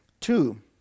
two